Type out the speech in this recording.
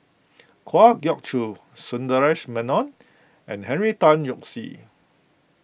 Kwa Geok Choo Sundaresh Menon and Henry Tan Yoke See